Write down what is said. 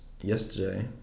yesterday